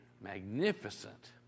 magnificent